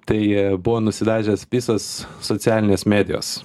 tai buvo nusidažęs visos socialinės medijos